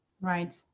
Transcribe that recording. Right